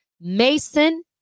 Mason